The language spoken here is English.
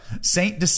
Saint